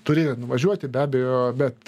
turi nuvažiuoti be abejo bet